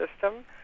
system